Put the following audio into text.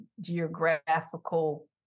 geographical